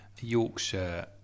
Yorkshire